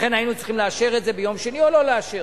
לכן היינו צריכים לאשר את זה ביום שני או לא לאשר.